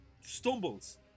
stumbles